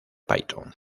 python